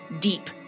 deep